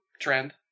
trend